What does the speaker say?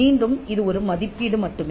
மீண்டும் இது ஒரு மதிப்பீடு மட்டுமே